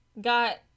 got